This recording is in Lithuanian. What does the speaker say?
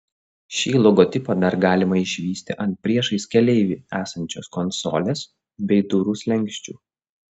šį logotipą dar galima išvysti ant priešais keleivį esančios konsolės bei durų slenksčių